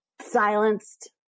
silenced